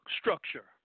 structure